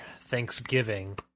Thanksgiving